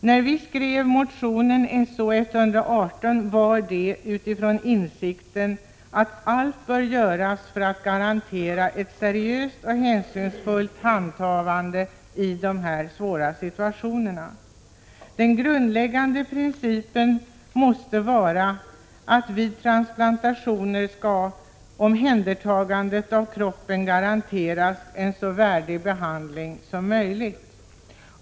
| När vi skrev motion So118 var det från insikten att allt bör göras för att garantera ett seriöst och hänsynsfullt handhavande i dessa svåra situationer. Den grundläggande principen måste vara att omhändertagandet av kroppen vid transplantation skall garanteras en så värdig behandling som möjligt.